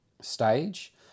stage